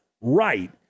right